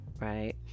right